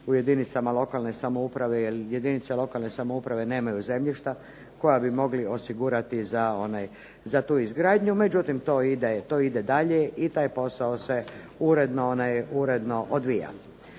u jedinicama lokalne samouprave jer jedinice lokalne samouprave nemaju zemljišta koja bi mogli osigurati za tu izgradnju. Međutim, to ide dalje i taj posao se uredno odvija.